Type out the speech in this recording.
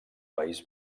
país